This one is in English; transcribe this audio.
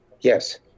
yes